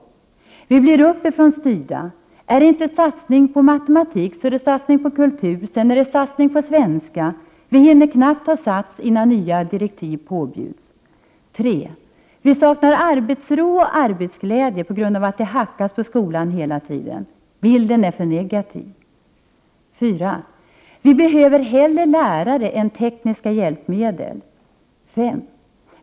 Vi blir uppifrånstyrda. Är det inte satsning på matematik, så är det satsning på kultur och sedan är det satsning på svenska. Vi hinner knappt ta sats innan nya direktiv påbjuds. 3. Vi saknar arbetsro och arbetsglädje på grund av att det hackas på skolan hela tiden. Bilden är för negativ. 4. Vi behöver hellre lärare än tekniska hjälpmedel. 5.